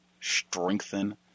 strengthen